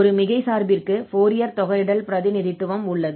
ஒரு மிகை சார்பிற்க்கு ஃபோரியர் தொகையிடல் பிரதிநிதித்துவம் உள்ளது